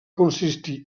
consistir